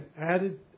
added